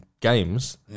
games